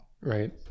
right